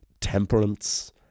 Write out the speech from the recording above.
temperance